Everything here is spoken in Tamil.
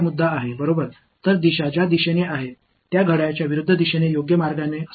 எனவே திசையானது கடிகாரச் சுற்றின் எதிர் திசையில் இருக்க வேண்டும்